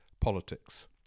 politics